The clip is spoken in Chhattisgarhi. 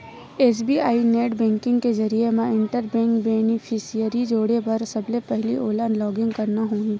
एस.बी.आई नेट बेंकिंग के जरिए म इंटर बेंक बेनिफिसियरी जोड़े बर सबले पहिली ओला लॉगिन करना होही